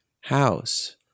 house